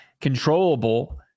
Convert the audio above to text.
controllable